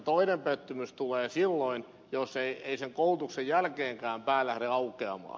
toinen pettymys tulee silloin jos ei sen koulutuksen jälkeenkään pää lähde aukeamaan